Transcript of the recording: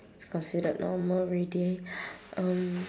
it's considered normal already um